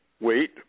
wait